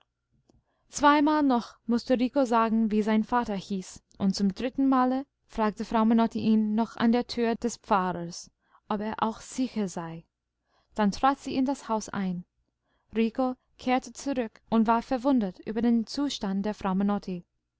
zweimal noch mußte rico sagen wie sein vater hieß und zum dritten male fragte frau menotti ihn noch an der tür des pfarrers ob er auch sicher sei dann trat sie in das haus ein rico kehrte zurück und war verwundert über den zustand der